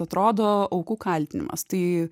atrodo aukų kaltinimas tai